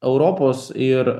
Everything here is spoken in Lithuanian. europos ir